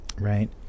right